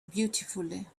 beautifully